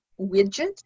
widget